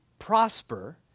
prosper